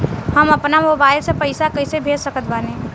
हम अपना मोबाइल से पैसा कैसे भेज सकत बानी?